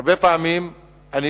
הרבה פעמים אני,